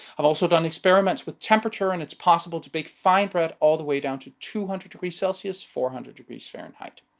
i've also done experiments with temperature and it's possible to bake fine bread all the way down to two hundred degrees celsius, four hundred degrees fahrenheit.